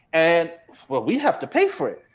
and we have to pay for it.